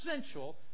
essential